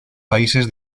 países